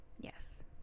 Yes